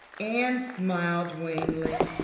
anne smiled wanly.